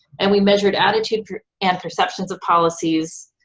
and we measured attitudes and perceptions of policies,